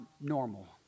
normal